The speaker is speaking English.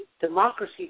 democracy